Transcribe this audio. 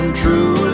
true